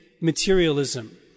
materialism